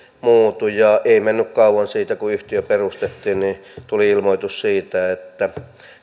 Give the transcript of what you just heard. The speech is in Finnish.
muutu ei mennyt kauan siitä kun yhtiö perustettiin kun tuli ilmoitus siitä että